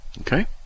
Okay